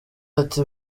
ati